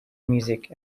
music